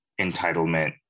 entitlement